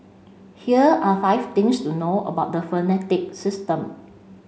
here are five things to know about the phonetic system